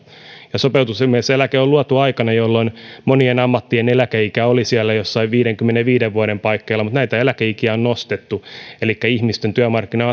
sopeutumiseläke on luotu aikana jolloin monien ammattien eläkeikä oli siellä jossain viidenkymmenenviiden vuoden paikkeilla mutta näitä eläkeikiä on nostettu elikkä ihmisten työmarkkina